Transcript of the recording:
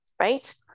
right